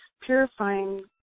purifying